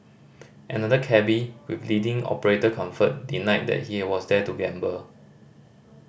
another cabby with leading operator Comfort denied that he was there to gamble